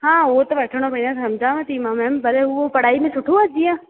हा उहो त वठिणो पवंदो आहे सम्झांव थी मां मैम भले उहो पढ़ाई में सुठो आहे जीअं